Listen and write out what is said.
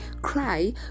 cry